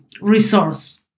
resource